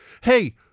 hey